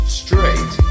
straight